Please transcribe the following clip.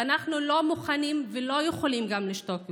ואנחנו לא מוכנים וגם לא יכולים לשתוק יותר.